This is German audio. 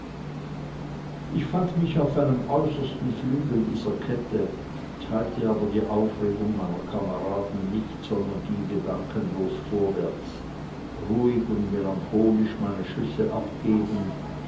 ich befand mich auf einem äußersten flügel dieser kette teilte aber die aufregung meiner kameraden nicht sondern ging gedankenlos vorwärts ruhig und melancholisch meine schüsse abgebend